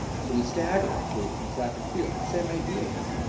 so we stagger it, for you know track and field. same idea here.